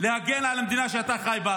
להגן על המדינה שאתה חי בה,